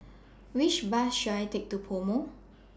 Which Bus should I Take to Pomo